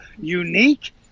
unique